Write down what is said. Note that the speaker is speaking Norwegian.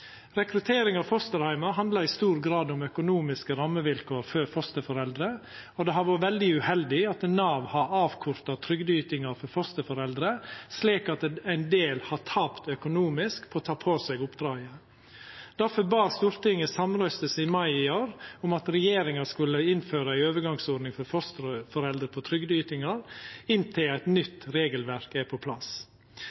Rekruttering av fosterheimar handlar i stor grad om økonomiske rammevilkår for fosterforeldre, og det har vore veldig uheldig at Nav har avkorta trygdeytinga for fosterforeldre, slik at ein del har tapt økonomisk på å ta på seg oppdraget. Difor bad Stortinget samrøystes i mai i år om at regjeringa skulle innføra ei overgangsordning for fosterforeldre på trygdeytingar inntil eit